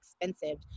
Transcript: expensive